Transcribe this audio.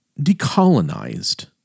decolonized